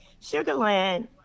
sugarland